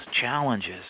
challenges